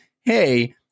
hey